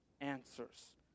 answers